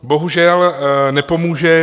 Bohužel nepomůže.